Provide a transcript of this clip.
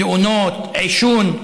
תאונות, עישון,